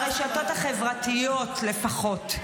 ברשתות החברתיות לפחות,